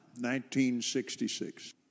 1966